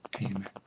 Amen